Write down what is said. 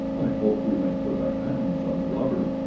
i hope we may put our hands on the robber.